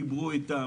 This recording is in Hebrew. דיברו איתם,